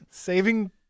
Saving